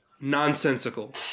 nonsensical